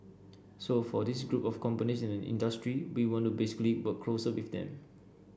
so for these group of companies in the industry we want to basically work closer with them